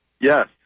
Yes